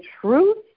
truth